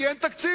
כי אין תקציב.